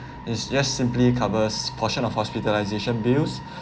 it's just simply covers portion of hospitalization bills